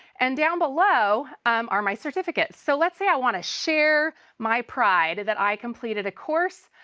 and down below are my certificates. so let's say i want to share my pride that i completed a course.